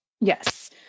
Yes